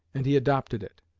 and he adopted it.